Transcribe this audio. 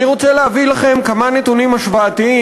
אני רוצה להביא לכם כמה נתונים השוואתיים